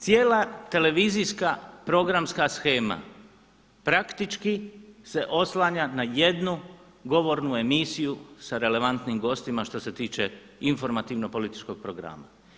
Cijela televizijska programska shema praktički se oslanja na jednu govornu emisiju sa relevantnim gostima što se tiče informativno-političkog programa.